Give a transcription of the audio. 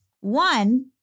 One